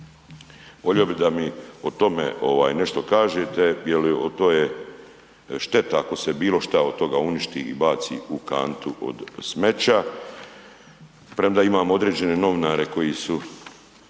Volio bi da mi o tome ovaj nešto kažete je li otoje šteta ako se bilo šta od toga uništi i baci u kantu od smeća premda imamo određene novinare koji su